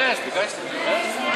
ביקשתי, כן.